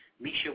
Misha